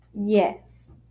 Yes